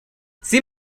sieh